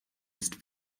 ist